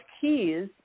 keys